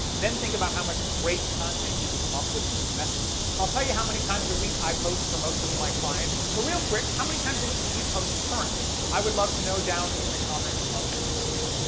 then think about how much great content you can come up with using those messages. i'll tell you how many times a week i post for most of my clients but real quick, how many times a week do you post currently? i would love to know down in the comments of this video.